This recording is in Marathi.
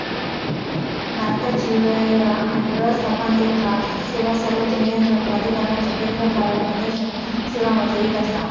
भारताची व्यय आणि व्यवस्थापन लेखा सेवा सर्वोच्च नियंत्रण प्राधिकरणाच्या केंद्रीय कार्यप्रदर्शन सेवांमधली एक आसा